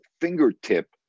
fingertip